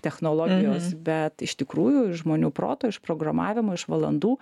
technologijos bet iš tikrųjų iš žmonių proto iš programavimo iš valandų